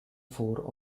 four